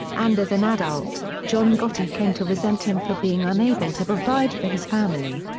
and as an adult, john gotti came to resent him for being unable to provide for his family.